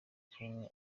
kumwe